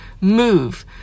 move